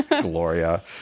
Gloria